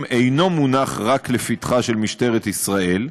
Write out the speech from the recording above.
אינו מונח רק לפתחה של משטרת ישראל,